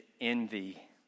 envy